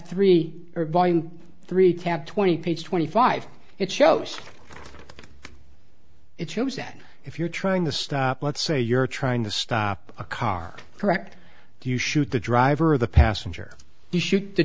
three irvine three tab twenty page twenty five it shows it shows that if you're trying to stop let's say you're trying to stop a car correct do you shoot the driver or the passenger you shoot the